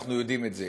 אנחנו יודעים את זה,